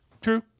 True